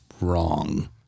wrong